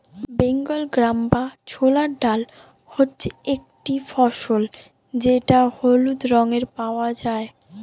Bengal gram বা ছোলার ডাল হচ্ছে একটি ফসল যেটা হলুদ রঙে পাওয়া যায়